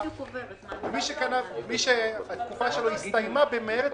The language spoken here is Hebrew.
מי שהתקופה שלו הסתיימה במרץ,